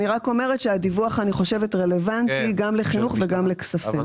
אני רק אומרת שהדיווח אני חושבת גם לחינוך וגם לכספים.